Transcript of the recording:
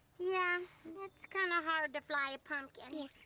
yeah it's kinda hard to fly a pumpkin. well,